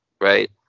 right